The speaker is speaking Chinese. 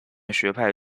学派